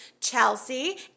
Chelsea